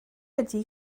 ydy